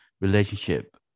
relationship